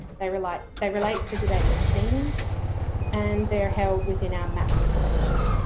they relate they relate to today's theme and they're held within our maps collection.